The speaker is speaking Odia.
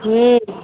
ହୁଁ